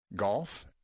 Golf